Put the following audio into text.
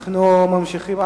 בינתיים,